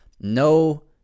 No